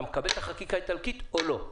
אתה מקבל את החקיקה האיטלקית או לא?